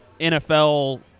NFL